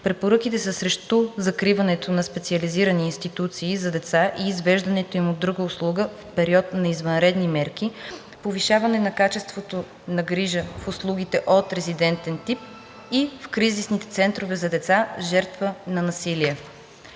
Препоръките са срещу закриването на специализирани институции за деца и извеждането им в друга услуга в период на извънредни мерки, повишаване на качеството на грижа в услугите от резидентен тип и в кризисните центрове за деца, жертва на насилие.